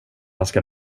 ganska